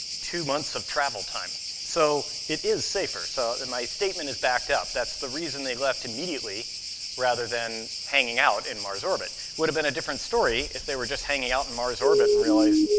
two months of travel time. so it is safer. so my statement is backed up. that's the reason they left immediately rather than hanging out in mars' orbit. would have been a different story if they were just hanging out in mars' orbit and realized,